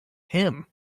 him